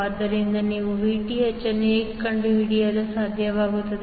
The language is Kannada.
ಆದ್ದರಿಂದ ನೀವು Vth ಅನ್ನು ಹೇಗೆ ಕಂಡುಹಿಡಿಯಲು ಸಾಧ್ಯವಾಗುತ್ತದೆ